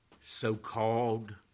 so-called